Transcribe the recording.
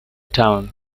town